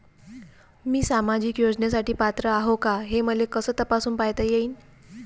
मी सामाजिक योजनेसाठी पात्र आहो का, हे मले कस तपासून पायता येईन?